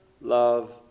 love